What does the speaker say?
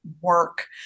work